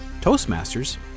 Toastmasters